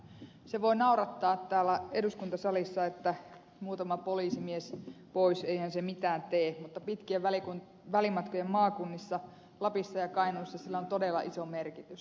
se voi naurattaa täällä eduskuntasalissa että muutama poliisimies pois eihän se mitään tee mutta pitkien välimatkojen maakunnissa lapissa ja kainuussa sillä on todella iso merkitys